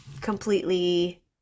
completely